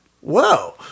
Whoa